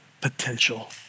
potential